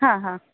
ಹಾಂ ಹಾಂ